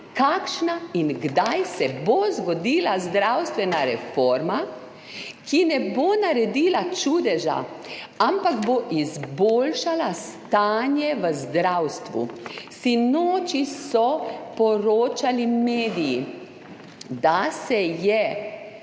kakšna bo in kdaj se bo zgodila zdravstvena reforma, ki ne bo naredila čudeža, ampak bo izboljšala stanje v zdravstvu. Sinoči so mediji poročali, da se je